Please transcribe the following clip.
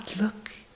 look